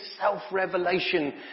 self-revelation